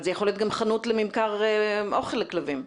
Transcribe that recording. זה יכול להיות גם חנות לממכר אוכל לכלבים.